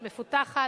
מפותחת,